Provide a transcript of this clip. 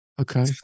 Okay